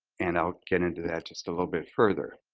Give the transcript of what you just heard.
and i'll get into that just a little bit further.